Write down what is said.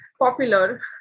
popular